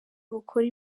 bukora